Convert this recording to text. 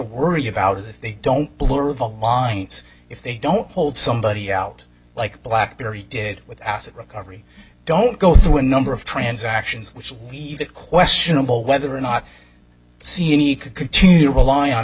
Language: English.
worry about if they don't blur the lines if they don't hold somebody out like blackberry did with asset recovery don't go through a number of transactions which it questionable whether or not see any could continue to rely on